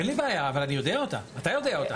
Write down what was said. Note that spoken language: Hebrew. אין לי בעיה, אבל אני יודע אותה, אתה יודע אותה.